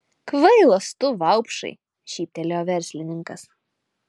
kvailas tu vaupšai šyptelėjo verslininkas